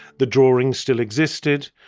the drawings still existed.